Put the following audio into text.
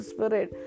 Spirit